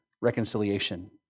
reconciliation